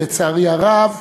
ולצערי הרב,